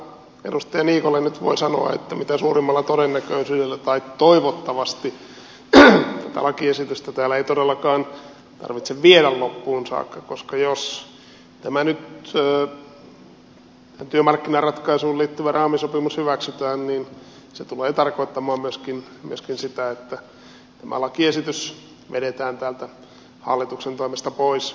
lohdutuksena edustaja niikolle nyt voin sanoa että mitä suurimmalla todennäköisyydellä tai toivottavasti tätä lakiesitystä täällä ei todellakaan tarvitse viedä loppuun saakka koska jos tämä nyt työmarkkinaratkaisuun liittyvä raami sopimus hyväksytään niin se tulee tarkoittamaan myöskin sitä että tämä lakiesitys vedetään täältä hallituksen toimesta pois